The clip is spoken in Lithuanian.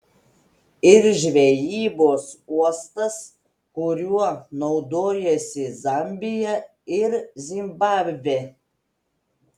ir žvejybos uostas kuriuo naudojasi zambija ir zimbabvė